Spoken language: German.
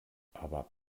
aber